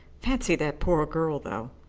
fancy that poor girl, though.